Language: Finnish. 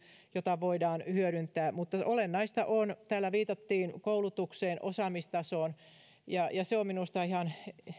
jota voidaan hyödyntää mutta olennaista on täällä viitattiin koulutukseen osaamistasoon ja se on minusta ihan